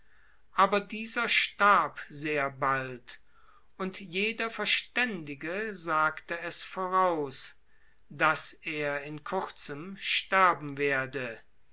aber dieser starb sehr bald und jeder verständige sagte es daß er in kurzem sterben werde